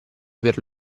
per